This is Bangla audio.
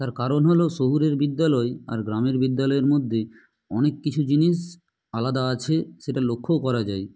তার কারণ হলো শহুরের বিদ্যালয় আর গ্রামের বিদ্যালয়ের মধ্যে অনেক কিছু জিনিস আলাদা আছে সেটা লক্ষ্যও করা যায়